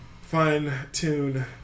fine-tune